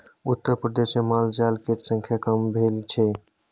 उत्तरप्रदेशमे मालजाल केर संख्या कम भेल छै